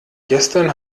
gestern